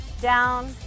Down